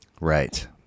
right